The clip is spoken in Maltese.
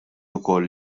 ukoll